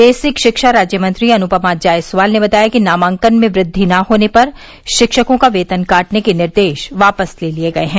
basic शिक्षा राज्य मंत्री अनुपमा जायसवाल ने बताया कि नामांकन में वृद्धि न होने पर शिक्षकों का बेतन काटने के निर्देश वापस ले लिये गये हैं